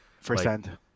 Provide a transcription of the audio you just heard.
firsthand